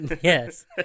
Yes